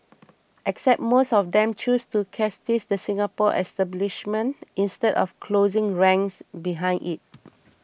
except most of them chose to chastise the Singapore establishment instead of 'closing ranks' behind it